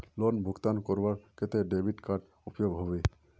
Loan भुगतान करवार केते डेबिट कार्ड उपयोग होबे?